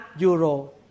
Euro